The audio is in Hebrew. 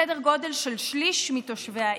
סדר גודל של שליש מתושבי העיר.